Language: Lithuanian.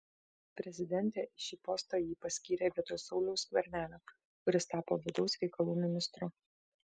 prezidentė į šį postą jį paskyrė vietoj sauliaus skvernelio kuris tapo vidaus reikalų ministru